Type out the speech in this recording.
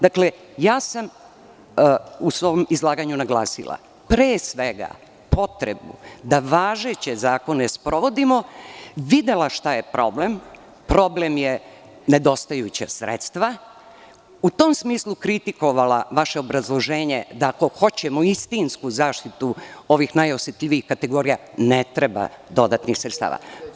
Dakle, ja sam u svom izlaganju naglasila pre svega potrebu da važeće zakone sprovodimo, videla šta je problem, problem su nedostajuća sredstva, u tom smislu kritikovala vaše obrazloženje, da ako hoćemo istinsku zaštitu ovih najosetljivijih kategorija, ne treba dodatnih sredstava.